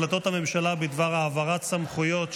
החלטות הממשלה בדבר העברת סמכויות,